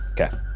Okay